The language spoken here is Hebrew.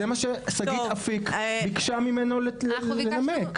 זה מה ששגית אפיק ביקשה ממנו לנמק.